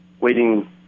waiting